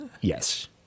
Yes